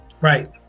Right